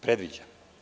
Predviđa.